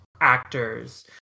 actors